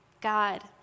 God